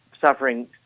suffering